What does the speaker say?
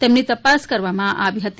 તેમની તપાસ કરવામા આવી હતી